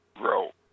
grow